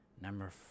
Number